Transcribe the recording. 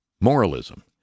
Moralism